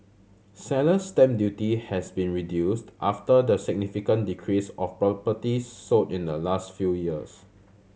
Seller's stamp duty has been reduced after the significant decrease of properties sold in the last few years